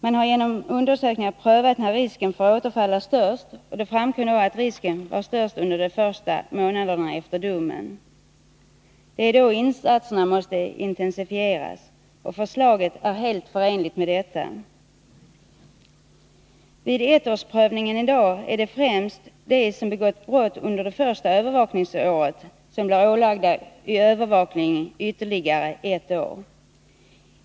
Man har i dessa undersökningar prövat när risken för återfall är störst. Det framkom att risken var störst under de första månaderna efter domen. Det är då insatserna måste intensifieras, och förslaget är helt förenligt med detta. Vid ettårsprövningen i dag är det främst de som har begått brott under det första övervakningsåret som blir ålagda övervakning ytterligare ett år.